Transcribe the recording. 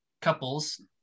couples